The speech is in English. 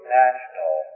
national